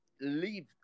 leave